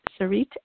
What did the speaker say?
Sarit